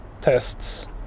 tests